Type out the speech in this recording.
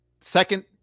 second